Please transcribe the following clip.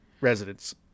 residents